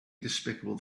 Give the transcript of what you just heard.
despicable